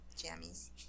jammies